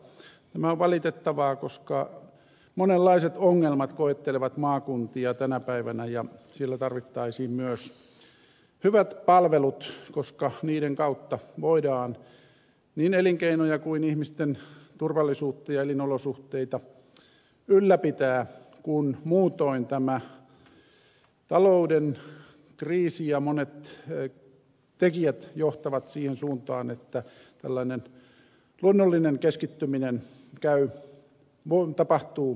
tämä on valitettavaa koska monenlaiset ongelmat koettelevat maakuntia tänä päivänä ja siellä tarvittaisiin myös hyvät palvelut koska niiden kautta voidaan niin elinkeinoja kuin ihmisten turvallisuutta ja elinolosuhteita ylläpitää kun muutoin tämä talouden kriisi ja monet tekijät johtavat siihen suuntaan että tällainen luonnollinen keskittyminen tapahtuu nopeasti